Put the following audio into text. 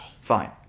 Fine